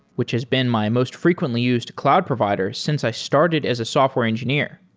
which has been my most frequently used cloud provider since i started as a software engineer.